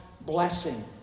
blessing